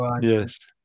Yes